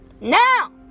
now